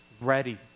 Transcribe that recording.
ready